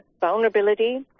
vulnerability